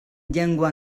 llengua